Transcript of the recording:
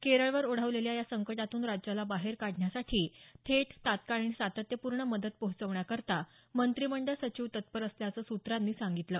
केरळवर ओढवलेल्या या संकटातून राज्याला बाहेर काढण्यासाठी थेट तात्काळ आणि सातत्यपूर्ण मदत पोहचवण्याकरता मंत्रीमंडळ सचिव तत्पर असल्याचं सूत्रांनी सांगितलं